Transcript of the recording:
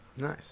Nice